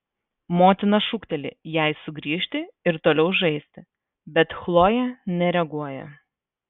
motina šūkteli jai sugrįžti ir toliau žaisti bet chlojė nereaguoja